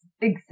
big